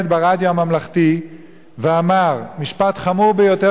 ברדיו הממלכתי ואמר משפט חמור ביותר,